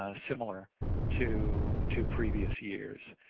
ah similar to to previous years.